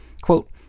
Quote